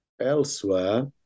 elsewhere